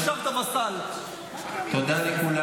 אתם